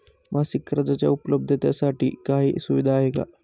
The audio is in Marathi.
मासिक कर्जाच्या उपलब्धतेसाठी काही सुविधा आहे का?